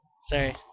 Sorry